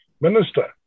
Minister